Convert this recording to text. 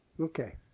Okay